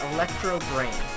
Electro-Brain